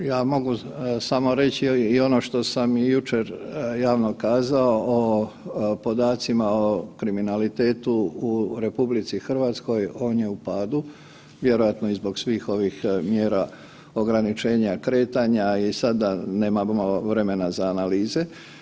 Evo, ja mogu samo reći i ono što sam i jučer javno kazao o podacima o kriminalitetu u RH, on je u padu, vjerojatno i zbog svih ovih mjera ograničenja kretanja i sada nemamo vremena za analize.